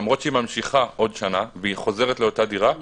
למרות שהיא ממשיכה עוד שנה והיא חוזרת לאותה דירה,